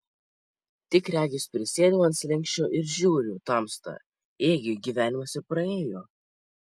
tik regis prisėdau ant slenksčio ir žiūriu tamsta ėgi gyvenimas ir praėjo